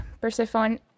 Persephone